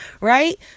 right